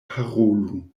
parolu